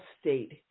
state